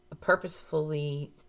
purposefully